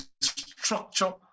structure